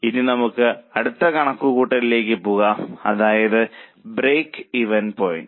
ഇനി നമുക്ക് അടുത്ത കണക്കുകൂട്ടലിലേക്ക് പോകാം അതായത് ബ്രേക്ക്ഈവൻ പോയിന്റ്